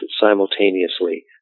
simultaneously